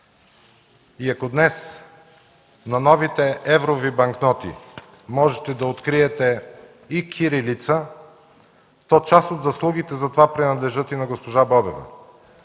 И ако днес на новите еврови банкноти можете да откриете и кирилица, то част от заслугите за това принадлежат и на госпожа Бобева.